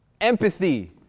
Empathy